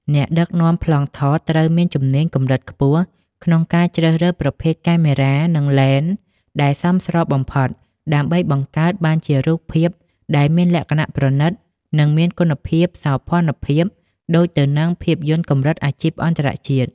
អ្នកដឹកនាំប្លង់ថតត្រូវមានជំនាញកម្រិតខ្ពស់ក្នុងការជ្រើសរើសប្រភេទកាមេរ៉ា និងឡេនដែលសមស្របបំផុត ដើម្បីបង្កើតបានជារូបភាពដែលមានលក្ខណៈប្រណីត និងមានគុណភាពសោភ័ណភាពដូចទៅនឹងភាពយន្តកម្រិតអាជីពអន្តរជាតិ។